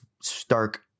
stark